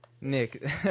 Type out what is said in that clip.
Nick